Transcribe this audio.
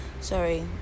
sorry